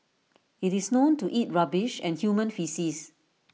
IT is known to eat rubbish and human faeces